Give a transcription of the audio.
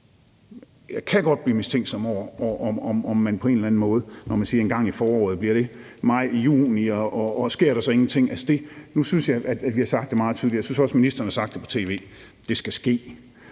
Jeg kan godt blive mistænksom, når man siger, at det bliver engang i foråret. Bliver det maj, juni, og sker der så ingenting? Altså, nu synes jeg, at vi har sagt det meget tydeligt, og jeg synes også, at ministeren har sagt det på tv: Det skal ske.